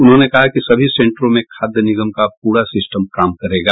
उन्होंने कहा कि सभी सेंटरों में खाद्य निगम का पूरा सिस्टम काम करेगा